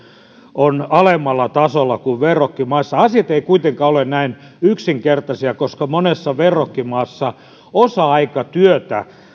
on alemmalla tasolla kuin verrokkimaissa asiat eivät kuitenkaan ole näin yksinkertaisia koska monessa verrokkimaassa osa aikatyötä